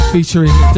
featuring